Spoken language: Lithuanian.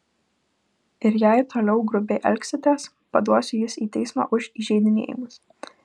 ir jei toliau grubiai elgsitės paduosiu jus į teismą už įžeidinėjimus